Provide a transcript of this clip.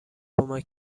کمک